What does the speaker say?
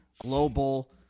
global